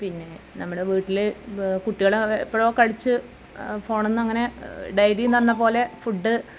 പിന്നെ നമ്മുടെ വീട്ടിൽ കുട്ടികൾ എപ്പോഴോ കളിച്ച് ഫോണിന്നങ്ങനെ ഡെയിലിന്നപോലെ ഫുഡ്